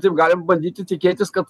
taip galim bandyti tikėtis kad